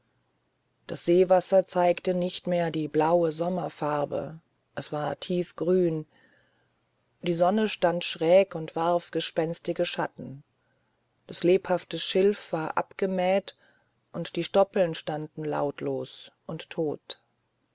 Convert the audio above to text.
das seewasser zeigte nicht mehr die blaue sommerfarbe es war tiefgrün die sonne stand schräg und warf gespenstige schatten das lebhafte schilf war abgemäht und die stoppeln standen lautlos und tot